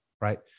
right